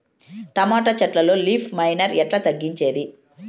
Tomato చెట్లల్లో leaf miner ఎట్లా తగ్గించేది?